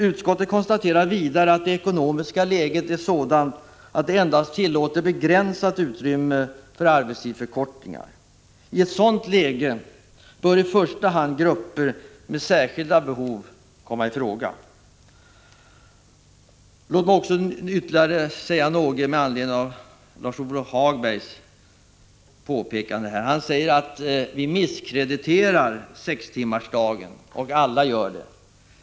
Utskottet konstaterar vidare att det ekonomiska läget är sådant att det endast tillåter begränsat utrymme för arbetstidsförkortningar. I ett sådant läge bör i första hand grupper med särskilda behov komma i fråga. Låt mig säga några ord med anledning av vad Lars-Ove Hagberg yttrade. Han sade att vi alla misskrediterar sextimmarsdagen.